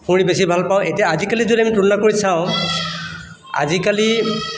সোঁৱৰি বেছি ভাল পাওঁ এতিয়া আজিকালি যদি আমি তুলনা কৰি চাওঁ আজিকালি